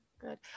good